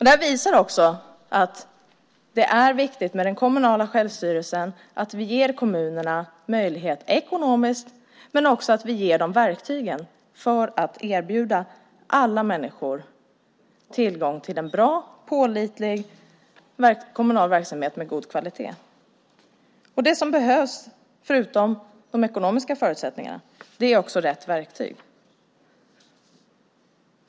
Det visar också att det är viktigt för den kommunala självstyrelsen att vi ger kommunerna möjligheter ekonomiskt men också att vi ger dem verktygen för att erbjuda alla människor tillgång till en bra, pålitlig kommunal verksamhet med god kvalitet. Det som behövs förutom de ekonomiska förutsättningarna är alltså rätt verktyg.